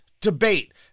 debate